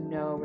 no